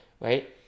right